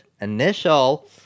initial